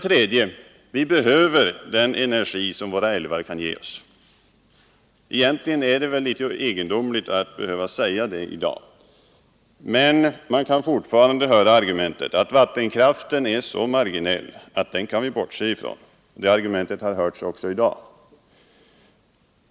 3. Vi behöver den energi som våra älvar kan ge oss. Egentligen är det litet egendomligt att behöva säga detta i dag. Men man kan fortfarande höra argumentet att vattenkraften är så marginell att den kan vi bortse ifrån. Det argumentet har framförts också i dag.